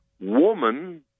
Woman